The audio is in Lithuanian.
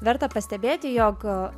verta pastebėti jog